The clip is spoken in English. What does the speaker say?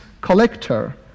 collector